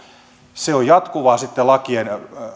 se on sitten jatkuvaa lakien